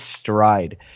stride